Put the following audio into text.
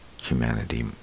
humanity